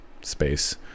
space